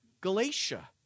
Galatia